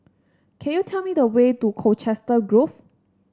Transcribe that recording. can you tell me the way to Colchester Grove